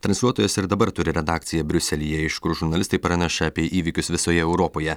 transliuotojas ir dabar turi redakciją briuselyje iš kur žurnalistai praneša apie įvykius visoje europoje